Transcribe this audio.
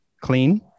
clean